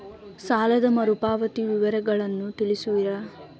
ಸಾಲದ ಮರುಪಾವತಿ ವಿವರಗಳನ್ನು ತಿಳಿಸುವಿರಾ?